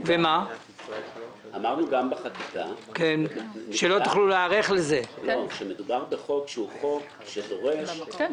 אמרנו גם בחקיקה שמדובר בחוק שדורש היערכות.